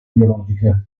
biologica